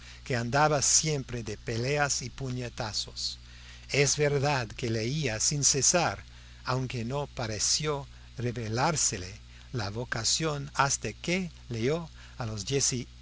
que andaba siempre de peleas y puñetazos es verdad que leía sin cesar aunque no pareció revelársele la vocación hasta que leyó a los